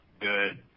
Good